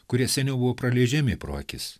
kurie seniau buvo praleidžiami pro akis